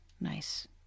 nice